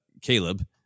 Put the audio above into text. Caleb